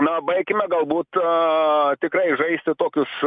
na baikime galbūt tikrai žaisti tokius